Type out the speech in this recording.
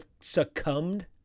succumbed